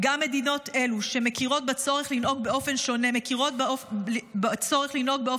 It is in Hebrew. גם מדינות אלו מכירות שמכירות בצורך לנהוג באופן